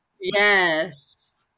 yes